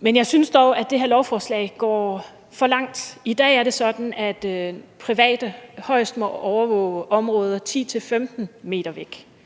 Men jeg synes dog, at det her lovforslag går for langt. I dag er det sådan, at private højst må overvåge områder 10-15 m væk.